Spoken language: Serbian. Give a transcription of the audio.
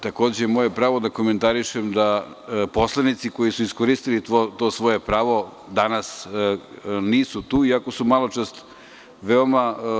Takođe, moje je pravo da komentarišem da poslanici koji su iskoristili to svoje pravo, danas nisu tu, iako su maločas veoma